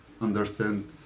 understand